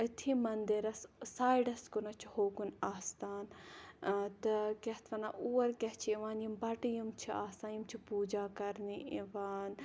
أتھی مَندِرَس سایڈَس کُنَتھ چھُ ہوکُن آستان تہٕ کیاہ اَتھ وَنان تہٕ اور کیاہ چھِ یِوان یِم بَٹہٕ یِم چھِ آسان یِم چھِ پوٗجا کَرنہِ یِوان